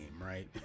Right